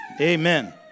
Amen